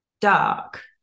dark